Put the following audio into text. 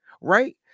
Right